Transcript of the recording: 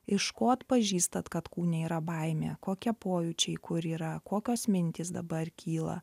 iš ko atpažįstat kad kūne yra baimė kokie pojūčiai kur yra kokios mintys dabar kyla